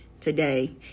today